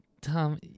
Tom